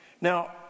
Now